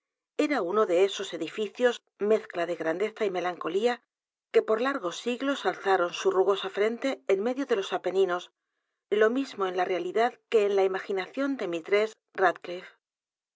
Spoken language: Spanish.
era uno de esos edificios mezcla de grandeza y melancolía que por largos siglos alzaron su r u g o s a frente en medio de los apeninos lo mismo en la r e a lidad que en la imaginación de